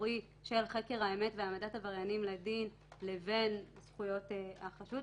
הציבורי של חקר האמת והעמדת עבריינים לדין לבין זכויות החשוד.